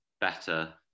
better